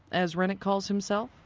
as renick calls himself?